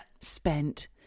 Spent